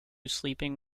sleeping